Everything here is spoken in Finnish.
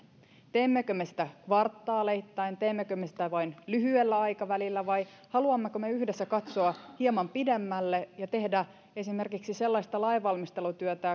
teemmekö me sitä kvartaaleittain teemmekö me sitä vain lyhyellä aikavälillä vai haluammeko me yhdessä katsoa hieman pidemmälle ja tehdä esimerkiksi sellaista lainvalmistelutyötä